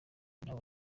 nawe